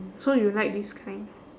so you like this kind